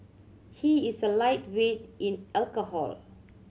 he is a lightweight in alcohol